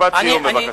משפט סיום, בבקשה.